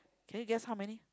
can you guess how many